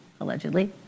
allegedly